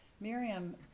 Miriam